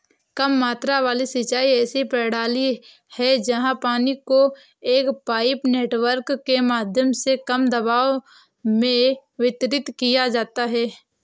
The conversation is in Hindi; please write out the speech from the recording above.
कम मात्रा वाली सिंचाई ऐसी प्रणाली है जहाँ पानी को एक पाइप नेटवर्क के माध्यम से कम दबाव में वितरित किया जाता है